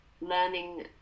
learning